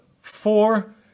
four